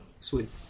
sweet